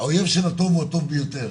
האויב של הטוב הוא הטוב ביותר.